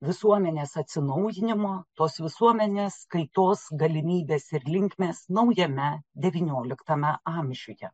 visuomenės atsinaujinimo tos visuomenės kaitos galimybės ir linkmės naujame devynioliktame amžiuje